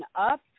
up